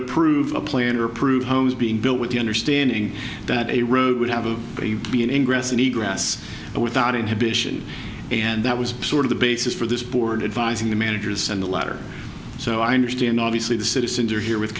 approve a plan or approved homes being built with the understanding that a road would have a been ingress and egress and without inhibition and that was sort of the basis for this board advising the managers and the letter so i understand obviously the citizens are here with